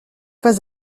pas